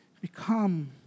become